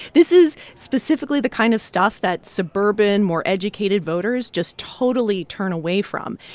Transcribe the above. this is specifically the kind of stuff that suburban, more educated voters just totally turn away from.